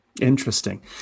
Interesting